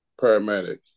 paramedic